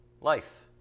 life